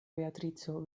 beatrico